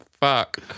fuck